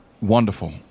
wonderful